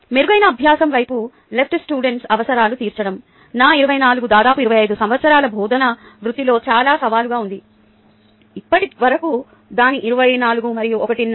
మెరుగైన అభ్యాసం వైపు లెఫ్ట్ స్టూడెంట్స్ అవసరాలను తీర్చడం నా 24 దాదాపు 25 సంవత్సరాల బోధనా వృత్తిలో చాలా సవాలుగా ఉంది ఇప్పటివరకు దాని 24 మరియు ఒకటిన్నర